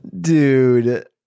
dude